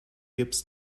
gips